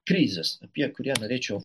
krizas apie kurį norėčiau